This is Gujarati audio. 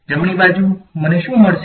જમણી બાજુ મને શું મળશે